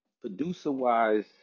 Producer-wise